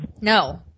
no